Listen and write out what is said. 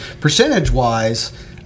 percentage-wise